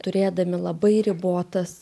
turėdami labai ribotas